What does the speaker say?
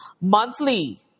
monthly